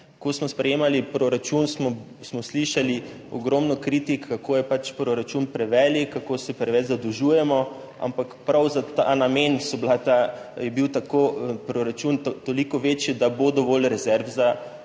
Ko smo sprejemali proračun, smo slišali ogromno kritik, kako je proračun prevelik, kako se preveč zadolžujemo, ampak prav za ta namen je bil proračun toliko večji, da bo dovolj rezerv za